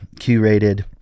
curated